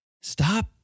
stop